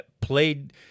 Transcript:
played